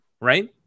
right